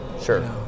sure